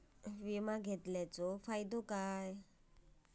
विमा घेतल्याचो फाईदो काय?